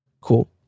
Cool